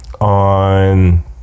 on